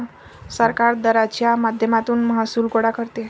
सरकार दराच्या माध्यमातून महसूल गोळा करते